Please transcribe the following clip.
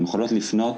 הן יכולות לפנות